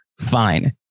fine